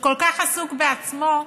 שכל כך עסוק בעצמו,